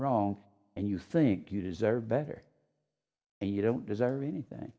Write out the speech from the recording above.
wrong and you think you deserve better and you don't deserve anything